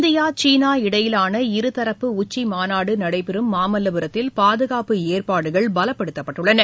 இந்திய சீனா இடையிலான இருதரப்பு உச்சிமாநாடுநடைபெறும் மாமல்லபுரத்தில் பாதுகாப்பு ஏற்பாடுகள் பலப்படுத்தப்பட்டுள்ளன